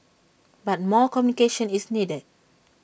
but more communication is needed